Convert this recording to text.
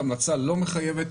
המלצה לא מחייבת.